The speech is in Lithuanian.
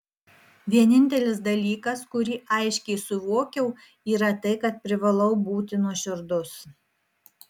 vienintelis dalykas kurį aiškiai suvokiau yra tai kad privalau būti nuoširdus